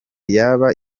yaba